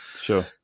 Sure